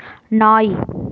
நாய்